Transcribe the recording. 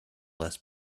less